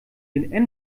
den